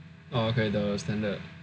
oh okay the standard